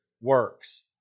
works